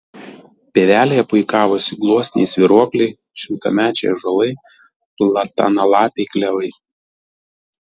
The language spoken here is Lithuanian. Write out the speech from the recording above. pievelėje puikavosi gluosniai svyruokliai šimtamečiai ąžuolai platanalapiai klevai